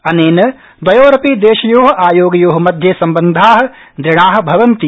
अनेन द्वयोरपि देशयो आयोगयो मध्ये सम्बन्धादृढा भवन्ति